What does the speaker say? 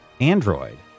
android